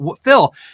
Phil